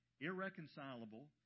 irreconcilable